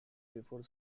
before